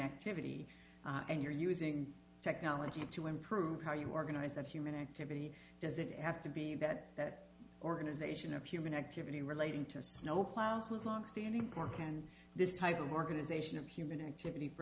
activity and you're using technology to improve how you organize that human activity does it have to be that that organization of human activity relating to snow ploughs was longstanding parkand this type of organization of human activity for